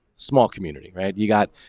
small community you got,